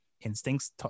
instincts